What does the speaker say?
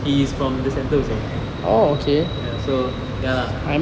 he is from the central zone ya so ya lah